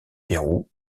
pérou